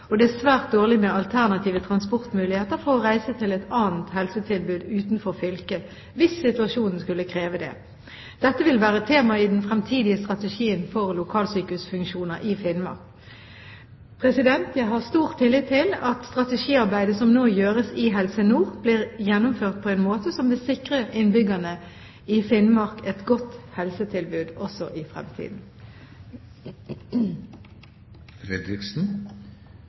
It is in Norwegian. og det er svært dårlig med alternative transportmuligheter for å reise til et annet helsetilbud utenfor fylket – hvis situasjonen skulle kreve det. Dette vil være tema i den fremtidige strategien for lokalsykehusfunksjoner i Finnmark. Jeg har stor tillit til at strategiarbeidet som nå gjøres i Helse Nord, blir gjennomført på en måte som vil sikre innbyggerne i Finnmark et godt helsetilbud også i fremtiden.